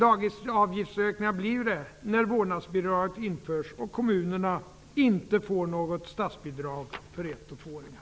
Dagisavgiftshöjningar blir det när vårdnadsbidraget införs och kommunerna inte får något statsbidrag för ett och tvååringar.